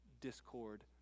discord